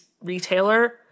retailer